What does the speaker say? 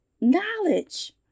knowledge